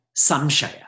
samshaya